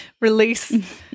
release